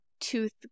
tooth